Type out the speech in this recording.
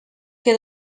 que